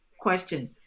question